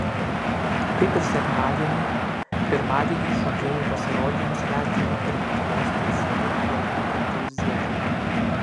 kaip ir sekmadienį pirmadienį šokėjų pasirodymus vertino ir lietuvos teisėja laimutė krauzienė